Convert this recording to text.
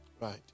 right